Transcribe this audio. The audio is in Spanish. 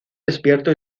despierto